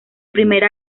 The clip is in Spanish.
primera